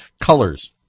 Colors